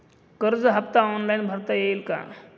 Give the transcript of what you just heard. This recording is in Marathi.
कर्ज हफ्ता ऑनलाईन भरता येईल का?